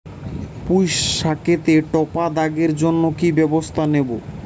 পুই শাকেতে টপা দাগের জন্য কি ব্যবস্থা নেব?